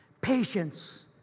Patience